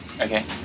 Okay